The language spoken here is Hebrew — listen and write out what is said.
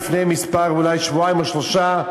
לפני אולי שבועיים או שלושה,